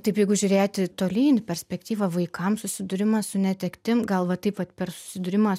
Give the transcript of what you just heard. taip jeigu žiūrėti tolyn į perspektyvą vaikam susidūrimas su netektim gal va taip vat per susidūrimą